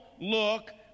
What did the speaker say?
look